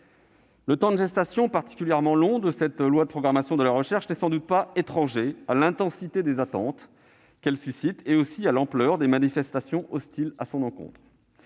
le temps de gestation particulièrement long de cette loi de programmation de la recherche n'est sans doute pas étranger à l'intensité des attentes qu'elle suscite ni à l'ampleur des manifestations hostiles à son encontre.